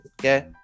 Okay